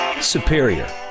superior